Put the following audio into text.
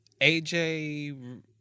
AJ